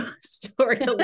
story